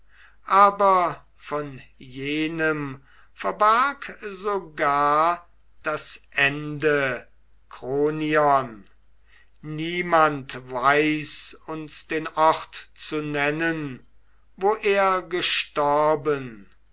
aber von jenem verbarg sogar das ende kronion niemand weiß uns den ort zu nennen wo er gestorben